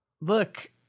Look